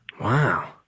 Wow